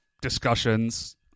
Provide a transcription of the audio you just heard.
discussions